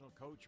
coach